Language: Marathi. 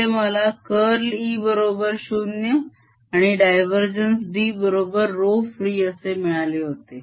तिथे मला curl Eबरोबर 0 आणि divD बरोबर ρfree असे मिळाले होते